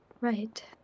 Right